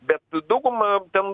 bet dauguma ten